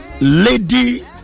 lady